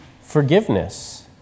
forgiveness